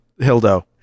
hildo